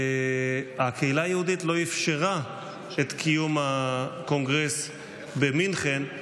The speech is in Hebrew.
הקהילה היהודית לא אפשרה את קיום הקונגרס במינכן.